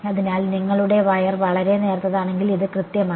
അതിനാൽ നിങ്ങളുടെ വയർ വളരെ നേർത്തതാണെങ്കിൽ ഇത് കൃത്യമാണ്